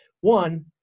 One